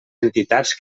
entitats